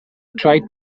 tried